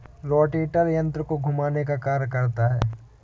rotator यन्त्र को घुमाने का कार्य करता है